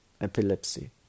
epilepsy